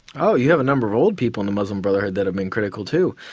oh you have a number of old people in the muslim brotherhood that have been critical too.